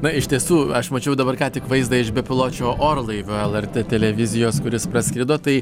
na iš tiesų aš mačiau dabar ką tik vaizdą iš bepiločio orlaivio lrt televizijos kuris praskrido tai